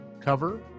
cover